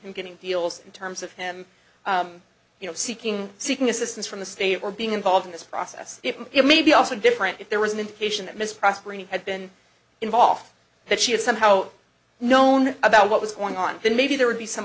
getting deals in terms of him you know seeking seeking assistance from the state or being involved in this process if it may be also different if there was an indication that miss prospering had been involved that she had somehow known about what was going on then maybe there would be some